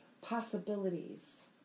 possibilities